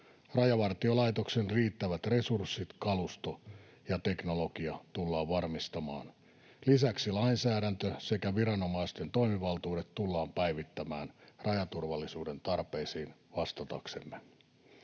Rajavartiolaitoksen riittävät resurssit, kalusto ja teknologia tullaan varmistamaan. Lisäksi lainsäädäntö sekä viranomaisten toimivaltuudet tullaan päivittämään rajaturvallisuuden tarpeisiin vastataksemme.